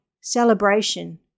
celebration